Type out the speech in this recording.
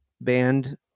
band